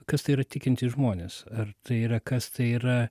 kas tai yra tikintys žmonės ar tai yra kas tai yra